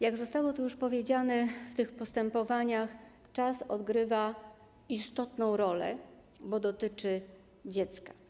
Jak zostało tu już powiedziane, w tych postępowaniach czas odgrywa istotną rolę, bo dotyczy dziecka.